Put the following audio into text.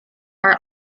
are